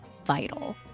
Vital